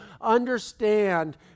understand